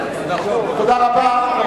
תודה רבה.